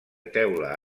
teula